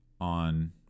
on